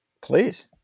Please